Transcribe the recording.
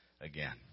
again